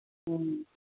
ਹੂੰ